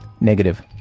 Negative